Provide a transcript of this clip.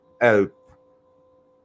help